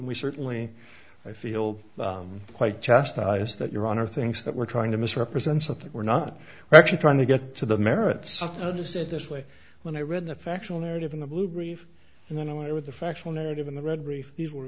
we certainly i feel quite chastised that your honor thinks that we're trying to misrepresent something we're not we're actually trying to get to the merits of this at this way when i read the factual narrative in the blue brief and then i went with the factual narrative in the red brief these were